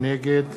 נגד